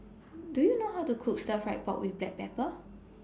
Do YOU know How to Cook Stir Fried Pork with Black Pepper